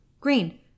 green